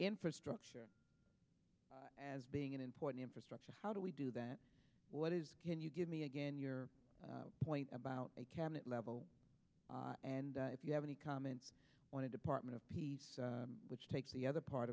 infrastructure as being an important infrastructure how do we do that what is can you give me again your point about a cabinet level and if you have any comment on a department of peace which takes the other part